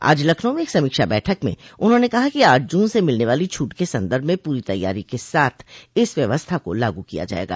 आज लखनऊ में एक समीक्षा बैठक में उन्होंने कहा कि आठ जून से मिलने वाली छूट के सन्दर्भ में पूरी तैयारी के साथ इस व्यवस्था को लागू किया जायेगा